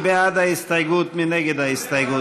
סתיו שפיר,